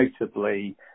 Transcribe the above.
notably